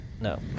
no